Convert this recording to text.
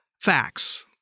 facts